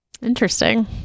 Interesting